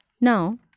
Now